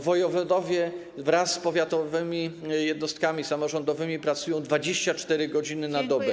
Wojewodowie wraz z powiatowymi jednostkami samorządowymi pracują 24 godziny na dobę.